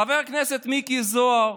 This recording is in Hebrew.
חבר הכנסת מיקי זוהר,